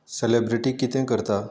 celebrity कितें करता